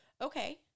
okay